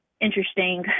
interesting